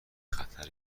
خطر